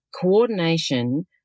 coordination